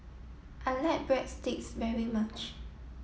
I like Breadsticks very much